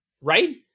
Right